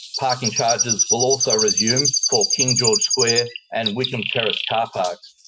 parking charges will also resume for king george square and wickham terrace car parks.